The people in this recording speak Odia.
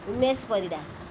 ଉମେଶ ପରିଡ଼ା